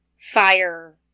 Fire